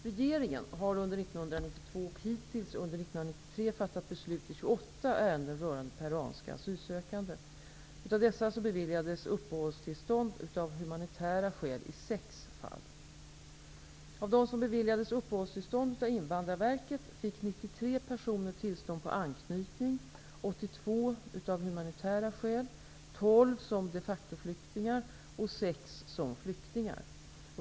Regeringen har under 1992 och hittills under 1993 Invandrarverket fick 93 personer tillstånd på anknytning, 82 av humanitära skäl, 12 som de factoflyktingar och 6 som flyktingar.